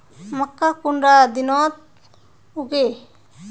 मक्का कुंडा दिनोत उगैहे?